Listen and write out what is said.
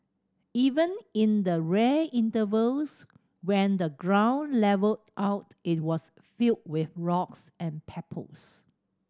even in the rare intervals when the ground levelled out it was filled with rocks and pebbles